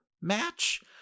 match